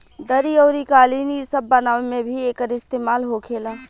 दरी अउरी कालीन इ सब बनावे मे भी एकर इस्तेमाल होखेला